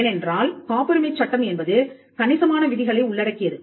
ஏனென்றால் காப்புரிமைச் சட்டம் என்பது கணிசமான விதிகளை உள்ளடக்கியது